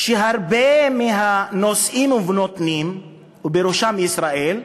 שהרבה מהנושאים ונותנים, ובראשם ישראל,